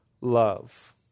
love